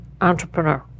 entrepreneur